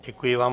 Děkuji vám.